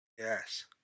Yes